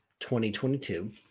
2022